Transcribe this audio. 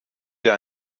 der